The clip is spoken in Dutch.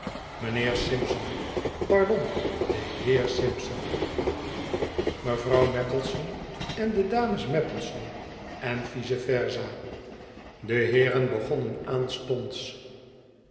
mynheer simpson pardon de heer simpson mevrouw maplesone en de dames maplesone en vice versa de heeren begonnen aanstonds